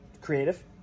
creative